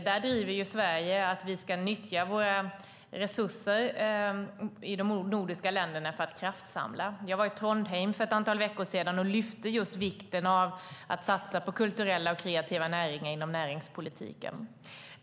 Där driver Sverige att vi ska nyttja våra resurser i de nordiska länderna för att kraftsamla. Jag var i Trondheim för ett antal veckor sedan och framhöll just vikten av att satsa på kulturella och kreativa näringar inom näringspolitiken.